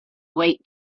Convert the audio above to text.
wait